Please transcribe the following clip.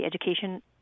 education